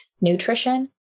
nutrition